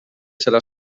serà